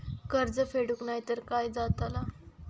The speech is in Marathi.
कर्ज फेडूक नाय तर काय जाताला?